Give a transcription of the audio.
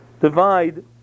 divide